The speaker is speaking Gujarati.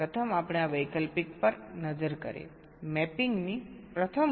પ્રથમ આપણે આ વૈકલ્પિક પર નજર કરીએ મેપિંગની પ્રથમ રીત જ્યાં વિલંબ 3 એકમો છે